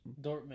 Dortmund